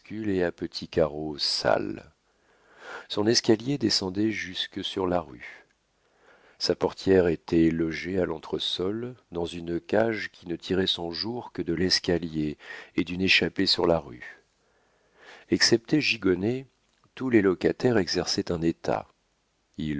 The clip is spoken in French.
et à petits carreaux sales son escalier descendait jusque sur la rue sa portière était logée à l'entresol dans une cage qui ne tirait son jour que de l'escalier et d'une échappée sur la rue excepté gigonnet tous les locataires exerçaient un état